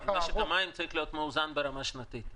משק המים צריך להיות מאוזן ברמה שנתית.